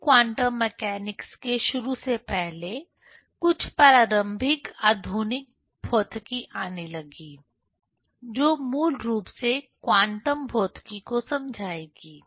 कठिन quantum mechanics के शुरू से पहले कुछ प्रारंभिक आधुनिक भौतिकी आने लगी जो मूल रूप से क्वांटम भौतिकी को समझाएगी